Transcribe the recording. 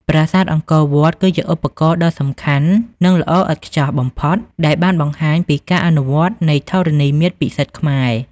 ប្រាសាទអង្គរវត្តគឺជាឧទាហរណ៍ដ៏សំខាន់និងល្អឥតខ្ចោះបំផុតដែលបានបង្ហាញពីការអនុវត្តនៃធរណីមាត្រពិសិដ្ឋខ្មែរ។